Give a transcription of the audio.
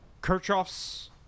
Kirchhoff's